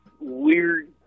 weird